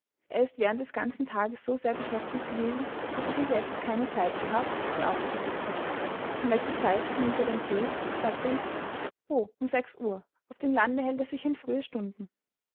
er ist während des ganzen tages so sehr beschäftigt gewesen daß er bis jetzt keine zeit gehabt sie aufzusuchen um welche zeit nimmt er den thee fragte ich o um sechs uhr auf dem lande hält er sich an frühe stunden